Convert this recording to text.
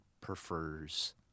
prefers